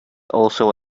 also